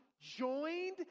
joined